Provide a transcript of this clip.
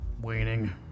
waning